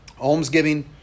almsgiving